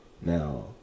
now